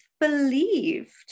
believed